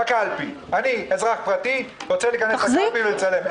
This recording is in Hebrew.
אם אני אזרח פרטי שרוצה להיכנס לקלפי ולצלם,